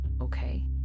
Okay